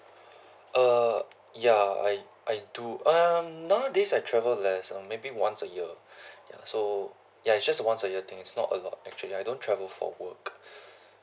ya I I do um nowadays I travel less ah maybe once a year ya so ya it's just a once a year thing it's not a lot actually I don't travel for work